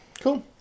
Cool